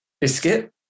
biscuit